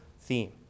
theme